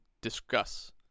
discuss